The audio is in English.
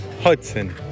Hudson